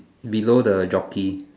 below the jockey